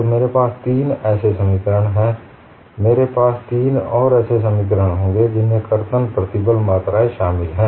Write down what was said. तो मेरे पास तीन ऐसे समीकरण हैं मेरे पास तीन और ऐसे समीकरण होंगे जिनमें कर्तन प्रतिबल मात्राएँ शामिल हैं